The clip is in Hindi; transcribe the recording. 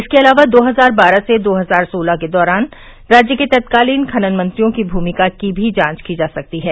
इसके अलावा दो हज़ार बारह से दो हज़ार सोलह के दौरान राज्य के तत्कालीन खनन मंत्रियों की भूमिका की भी जांच की जा सकती है